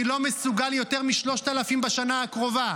לא מסוגל יותר מ-3,000 בשנה הקרובה.